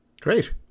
Great